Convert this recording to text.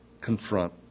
confront